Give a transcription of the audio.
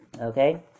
Okay